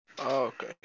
Okay